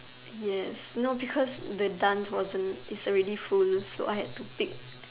yes no because the dance wasn't is already full so I had to pick